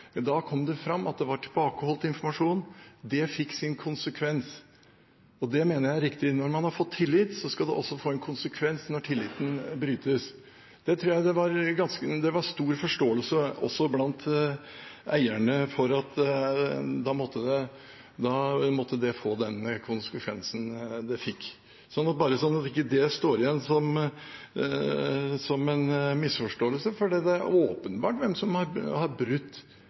Da kom det fram at det var tilbakeholdt informasjon, og det fikk sin konsekvens, og det mener jeg er riktig. Når man har fått tillit, skal det også få en konsekvens når tilliten brytes. Det var stor forståelse også blant eierne for at det måtte få den konsekvensen det fikk – bare så det ikke står igjen som en misforståelse – for det er åpenbart hvem som har brutt